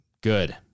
good